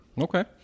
Okay